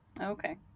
Okay